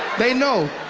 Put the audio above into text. they know.